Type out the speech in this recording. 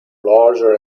larger